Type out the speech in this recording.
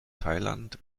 thailand